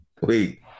Wait